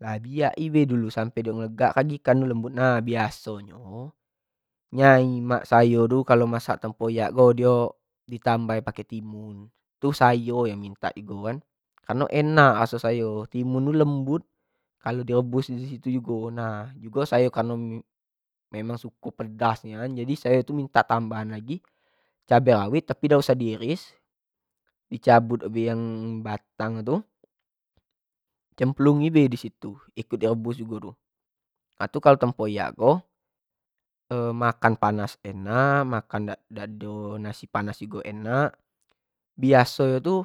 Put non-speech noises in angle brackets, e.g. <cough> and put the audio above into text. Lah biak i dulu sampe dio lembut tu nah, biaso nyo nyai mak sayo ko kalu masak tempoyak ko dio di tambah i pake timun, tu sayo yang minta jugo kan, kareno enak raso sayo, timun tu lembut kalo di rebus disitu jugo, nah kareno memang suko pedas nian jadi sayo tu mintak tambahan lagi cabe rawit tapi dak usah diiris, dicabut bae yang btang tu, cemplungi bae dio disitu, direbus tu, nah itu kalo tempoyak ko <hesitation> makan panas enak, makan dak do nasi panas jugo enak biaso nyo tu